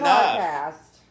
podcast